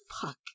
fuck